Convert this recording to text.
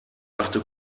machte